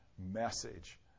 Message